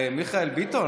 מיכאל ביטון,